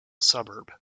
suburb